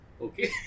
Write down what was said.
Okay